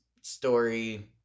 story